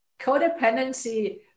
Codependency